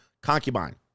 concubine